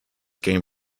game